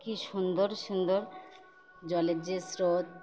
কী সুন্দর সুন্দর জলের যে স্রোত